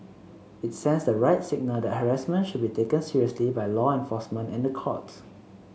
it sends the right signal that harassment should be taken seriously by law enforcement and the courts